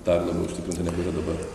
dar labiau užtikrinta negu yra dabar